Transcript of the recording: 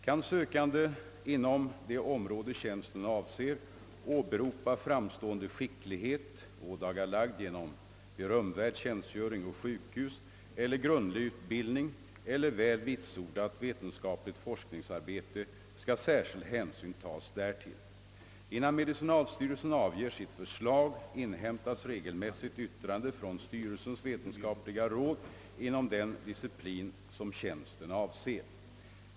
Kan sökande inom det område tjänsten avser åberopa »framstående skicklighet, ådagalagd genom berömvärd tjänstgöring å sjukhus, eller grundlig utbildning eller väl vitsordat vetenskapligt forskningsarbete», skall särskild hänsyn tas därtill. Innan medicinalstyrelsen avger sitt förslag inhämtas regelmässigt yttrande från styrelsens vetenskapliga råd inom den disciplin som tjänsten avser.